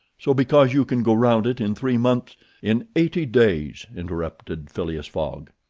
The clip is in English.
so, because you can go round it in three months in eighty days, interrupted phileas fogg.